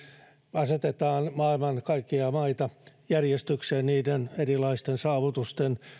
asetetaan maailman kaikkia maita järjestykseen niiden erilaisissa saavutuksissa